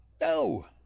No